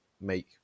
make